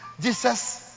Jesus